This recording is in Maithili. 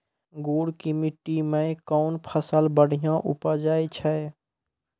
गुड़ की मिट्टी मैं कौन फसल बढ़िया उपज छ?